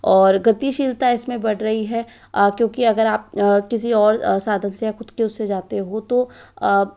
और गतिशीलता इसमें बढ़ रही है क्योंकि अगर आप किसी और साधन से या ख़ुद के उससे जाते हो तो